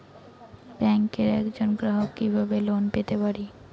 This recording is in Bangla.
ব্যাংকের একজন গ্রাহক হিসাবে লোন পেতে পারি কি?